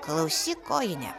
klausyk kojine